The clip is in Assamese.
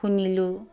শুনিলোঁ